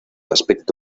aspecto